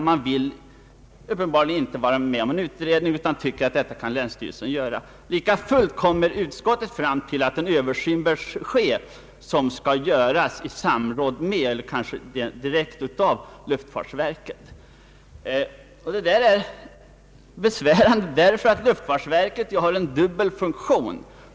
Verket vill uppenbarligen inte vara med om någon utredning, utan tycker att länsstyrelsen kan sköta detta. Lika fullt kommer utskottet fram till att en översyn bör ske, som skall göras i samråd med eller kanske till och med av luftfartsverket. Detta är besvärande, därför att luftfartsverket har en dubbel funktion.